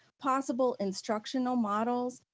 possible instructional models,